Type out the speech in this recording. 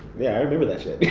yeah, i remember that shit.